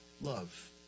love